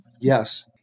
Yes